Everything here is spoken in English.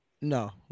No